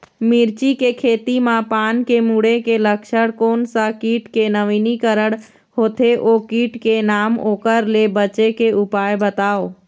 मिर्ची के खेती मा पान के मुड़े के लक्षण कोन सा कीट के नवीनीकरण होथे ओ कीट के नाम ओकर ले बचे के उपाय बताओ?